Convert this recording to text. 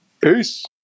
peace